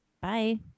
bye